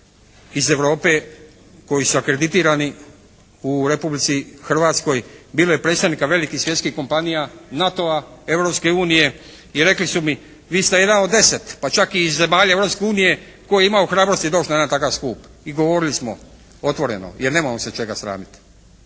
iz Europe koji su akreditirani u Republici Hrvatskoj. Bilo je predstavnika velikih svjetskih kompanija, NATO-a, Europske unije i rekli su mi: «Vi ste jedan od deseta pa čak i iz zemalja Europske unije tko je imao hrabrosti doći na jedan takav skup». I govorili smo otvoreno jer nemamo se čega sramiti.